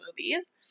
movies